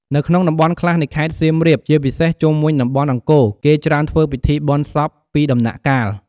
នៅក្នុងតំបន់ខ្លះនៃខេត្តសៀមរាប ជាពិសេសជុំវិញតំបន់អង្គរ គេច្រើនធ្វើពិធីបុណ្យសពពីរដំណាក់កាល។